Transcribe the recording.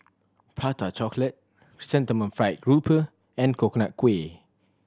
Prata Chocolate Chrysanthemum Fried Grouper and Coconut Kuih